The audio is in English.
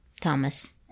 Thomas